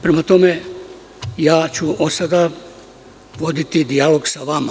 Prema tome, ja ću od sada voditi dijalog sa vama.